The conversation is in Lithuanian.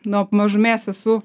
nuo mažumės esu